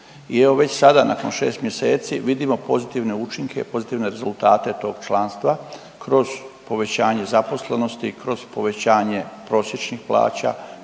I evo već sada nakon 6 mjeseci vidimo pozitivne učinke, pozitivne rezultate tog članstva kroz povećanje zaposlenosti, kroz povećanje prosječnih plaća,